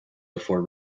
before